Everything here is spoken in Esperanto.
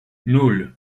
nul